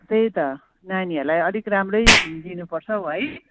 त्यही त नानीहरूलाई अलिक राम्रै दिनुपर्छ हौ है